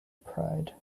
pride